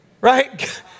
Right